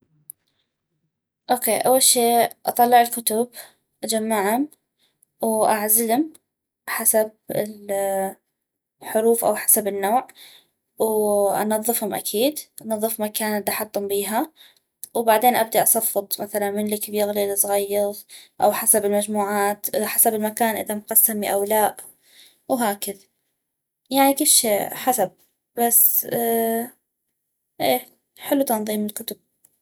اوكي اول شي اطلع الكتب اجمعم واعزلم حسب الحروف او حسب النوع وانظفم اكيد انظف المكان الدحطم بيها وبعدين ابدي اصفط مثلا من الكبيغ لي الزغيغ او حسب المجموعات حسب المكان اذا مقسمي او لا وهكذ يعني كل شي حسب بس اي حلو تنظيم الكتب